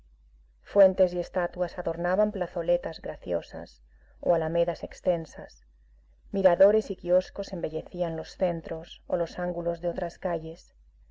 fuentes y estatuas adornaban plazoletas graciosas o alamedas extensas miradores y kioscos embellecían los centros o los ángulos de otras calles